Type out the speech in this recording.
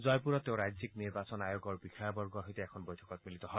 জয়পুৰত তেওঁ ৰাজ্যিক নিৰ্বাচন আয়োগৰ বিষয়াবৰ্গৰ সৈতে এখন বৈঠকত মিলিত হয়